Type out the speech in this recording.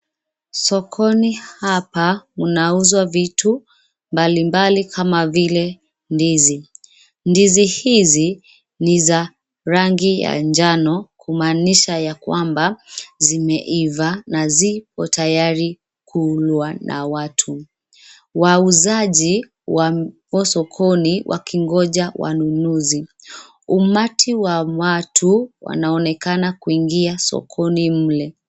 Sokoni hapa mnauzwa vitu mbalimbali kama vile ndizi. Ndizi hizi ni za rangi ya njano, kumaanisha ya kwamba zimeiva na zipo tayari kuulwa na watu. Wauzaji wamo sokoni wakingojea wanunuzi. Umati wa watu wanaonekana kuingia sokoni mle.